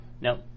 Nope